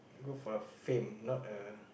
go for the fame not a